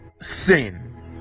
sin